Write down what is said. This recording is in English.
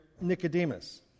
Nicodemus